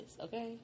okay